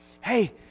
Hey